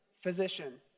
physician